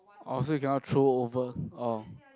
orh so you cannot throw over orh